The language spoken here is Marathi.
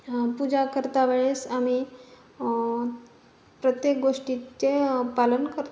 पूजा करता वेळीस आम्ही प्रत्येक गोष्टीचे पालन करतो